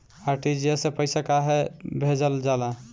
RTGS से पइसा कहे भेजल जाला?